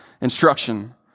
instruction